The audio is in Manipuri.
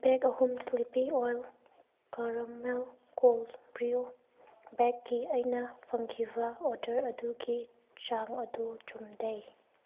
ꯕꯦꯛ ꯑꯍꯨꯝ ꯏꯁꯂꯤꯄꯤ ꯑꯣꯜ ꯀꯔꯃꯦꯜ ꯀꯣꯜ ꯕ꯭ꯔꯤꯌꯨ ꯕꯦꯛꯀꯤ ꯑꯩꯅ ꯐꯪꯈꯤꯕ ꯑꯣꯔꯗꯔ ꯑꯗꯨꯒꯤ ꯆꯥꯡ ꯑꯗꯨ ꯆꯨꯝꯗꯦ